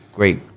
great